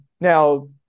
Now